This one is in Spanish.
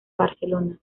barcelona